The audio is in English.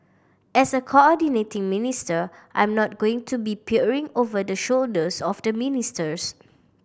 as a coordinating minister I'm not going to be peering over the shoulders of the ministers